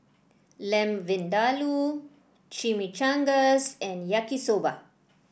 Lamb Vindaloo Chimichangas and Yaki Soba